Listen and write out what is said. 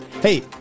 hey